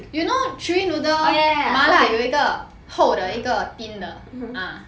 you know chewy noodle 麻辣有一个厚的一个 thin 的